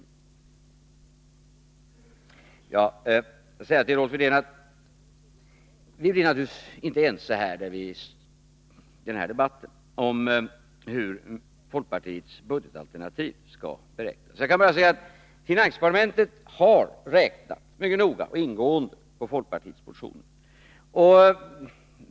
Jag vill säga till Rolf Wirtén att vi blir naturligtvis inte ense i den här debatten om hur folkpartiets budgetalternativ skall beräknas. Jag kan bara säga att finansdepartementet har räknat mycket noga och ingående på folkpartiets motioner.